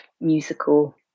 musical